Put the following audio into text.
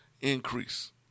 increase